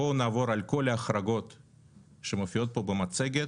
בואו נעבור על כל ההחרגות שמופיעות פה במצגת